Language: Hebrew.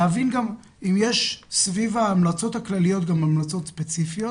אנחנו צריכים להבין גם אם יש סביב ההמלצות הכלליות גם המלצות ספציפיות,